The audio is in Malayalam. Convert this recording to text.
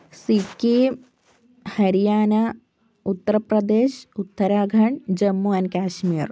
സിക്കിം ഹരിയാന ഉത്തര്പ്രദേശ് ഉത്തരാഖണ്ഡ് ജമ്മു ആൻ്റ് കാശ്മീര്